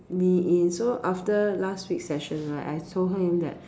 me in so after last week session right I told him that